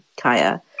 Kaya